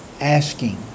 asking